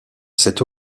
cette